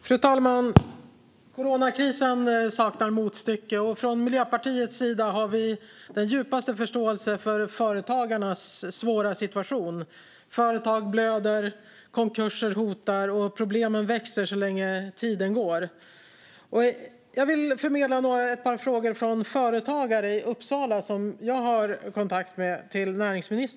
Fru talman! Coronakrisen saknar motstycke, och från Miljöpartiets sida har vi den djupaste förståelse för företagarnas svåra situation. Företag blöder, konkurser hotar och problemen växer ju längre tiden går. Jag vill förmedla ett par frågor till näringsministern från företagare i Uppsala som jag har kontakt med.